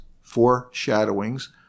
foreshadowings